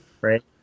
right